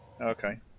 okay